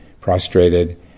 prostrated